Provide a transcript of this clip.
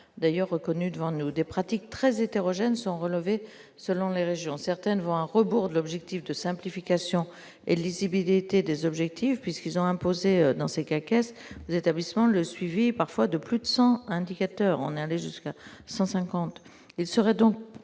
d'ailleurs reconnu devant nous des pratiques très hétérogène sont relevés, selon les régions, certaines vont à rebours de l'objectif de simplification et lisibilité des objectifs puisqu'ils ont imposé dans ces cas, caisses d'établissement, le suivi, parfois de plus de 100 indicateurs on aller jusqu'à 150 il serait donc